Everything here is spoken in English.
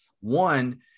one